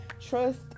Trust